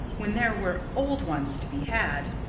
when there were old ones to be had.